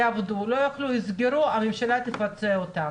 יעבדו, לא יוכלו, יסגרו, הממשלה תפצה אותם.